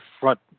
front